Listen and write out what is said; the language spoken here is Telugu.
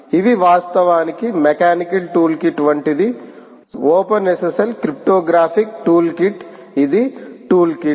ఇవి వాస్తవానికి మెకానిక్స్ టూల్కిట్ వంటిది ఓపెన్ఎస్ఎస్ఎల్ క్రిప్టోగ్రాఫిక్ టూల్కిట్ ఇది టూల్ కిట్